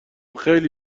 خیلی